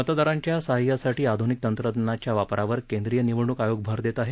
मतदारांच्या सहाय्यासाठी आध्निक तंत्रज्ञानाच्या वापरावर केंद्रीय निवडणूक आयोग भर देत आहे